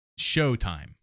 showtime